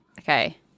Okay